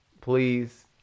Please